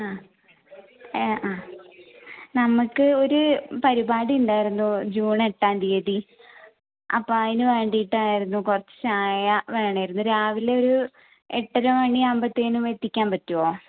ആ ആ നമുക്ക് ഒരു പരിപാടി ഉണ്ടായിരുന്നു ജൂൺ എട്ടാം തീയതി അപ്പം അതിന് വേണ്ടിയിട്ടായിരുന്നു കുറച്ച് ചായ വേണമായിരുന്നു രാവിലെ ഒരു എട്ടര മണി ആവുമ്പോഴത്തേനും എത്തിക്കാൻ പറ്റുമോ